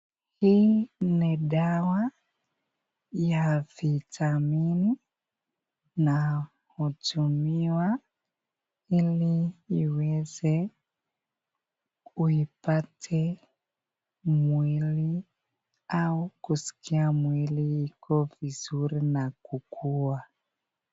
Hii ni dawa ya vitamini na hutumiwa ili iweze uipate mwili au kusikia mwili iko vizuri na kukua.